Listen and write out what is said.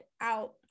out